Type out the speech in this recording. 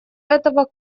этого